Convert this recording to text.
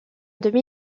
demi